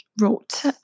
wrote